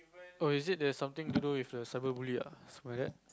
oh is it the something to do with cyberbully ah something like that